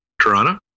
Toronto